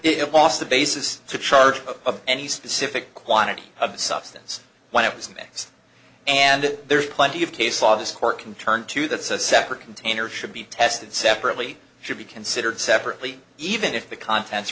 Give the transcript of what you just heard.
was the basis to charge of any specific quantity of substance when it was mixed and there's plenty of case law this court can turn to that's a separate container should be tested separately should be considered separately even if the contents